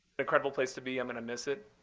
incredible place to be. i'm going to miss it.